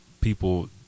people